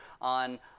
on